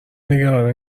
نگران